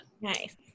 Nice